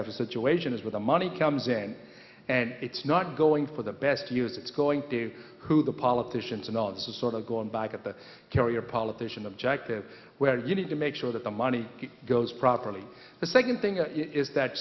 a situation is where the money comes in and it's not going for the best use it's going to do who the politicians and all of this is sort of going back at the carrier politician objective where you need to make sure that the money goes properly the second thing is that